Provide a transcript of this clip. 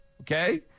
okay